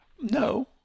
No